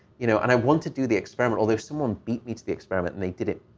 you know. and i want to do the experiment, although someone beat me to the experiment, and they did it.